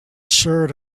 shirt